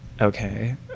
okay